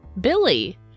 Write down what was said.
billy